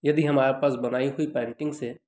यदि हमारे पास बनाई हुई पेन्टिंग्स हैं